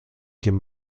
quien